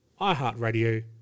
iHeartRadio